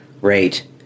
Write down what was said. rate